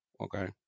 Okay